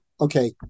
okay